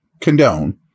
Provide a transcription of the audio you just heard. condone